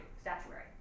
statuary